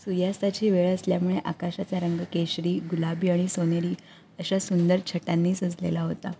सूर्यास्ताची वेळ असल्यामुळे आकाशाचा रंग केशरी गुलाबी आणि सोनेरी अशा सुंदर छटांनी सजलेला होता